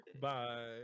Bye